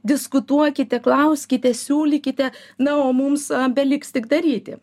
diskutuokite klauskite siūlykite na o mums beliks tik daryti